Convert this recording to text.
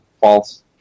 false